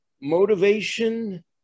motivation